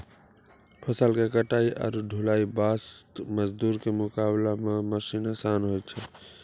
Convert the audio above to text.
फसल के कटाई आरो ढुलाई वास्त मजदूर के मुकाबला मॅ मशीन आसान होय छै